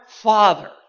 Father